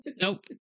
Nope